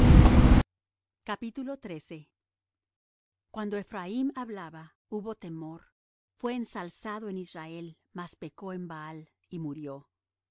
su oprobio cuando ephraim hablaba hubo temor fué ensalzado en israel mas pecó en baal y murió